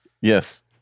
yes